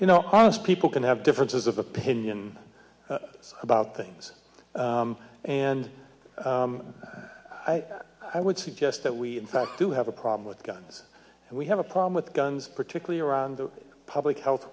those people can have differences of opinion about things and i would suggest that we in fact do have a problem with guns and we have a problem with guns particularly around the public health